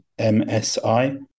MSI